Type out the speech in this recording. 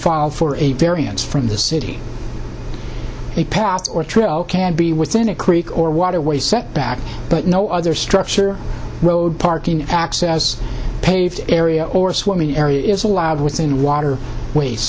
fall for a variance from the city they passed or trail can be within a creek or waterway setback but no other structure road parking access paved area or swimming area is allowed within water wa